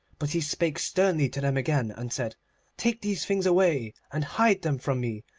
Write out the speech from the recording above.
but he spake sternly to them again, and said take these things away, and hide them from me.